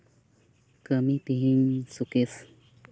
ᱠᱟᱹᱢᱤ ᱛᱮᱦᱮᱧ ᱥᱩᱠᱮᱥ